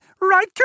Right